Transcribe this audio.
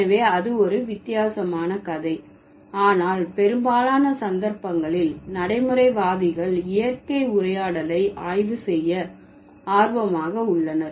எனவே அது ஒரு வித்தியாசமான கதை ஆனால் பெரும்பாலான சந்தர்ப்பங்களில் நடைமுறைவாதிகள் இயற்கை உரையாடலை ஆய்வு செய்ய ஆர்வமாக உள்ளனர்